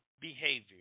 behavior